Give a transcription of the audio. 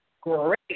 great